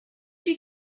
you